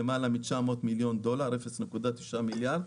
למעלה מ-900 מיליון דולר 0.9 מיליארד,